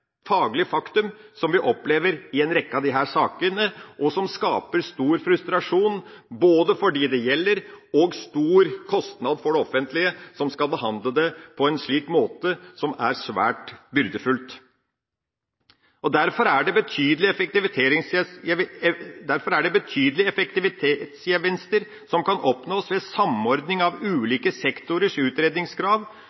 faglig faktum, som det vi opplever i en rekke av disse sakene, og som både skaper stor frustrasjon for dem det gjelder, og stor kostnad for det offentlige, som skal behandle det på en slik, svært byrdefull, måte? Det er